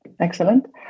Excellent